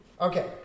okay